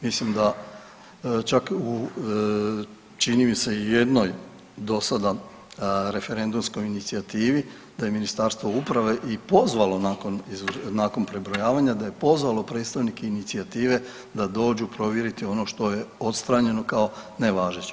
Mislim da čak u čini mi se jednoj do sada referendumskoj inicijativi da je Ministarstvo uprave i pozvalo nakon prebrojavanja, da je pozvalo predstavnike inicijative da dođu provjeriti ono što je odstranjeno kao nevažeće.